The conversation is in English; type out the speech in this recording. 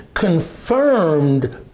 confirmed